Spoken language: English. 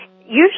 usually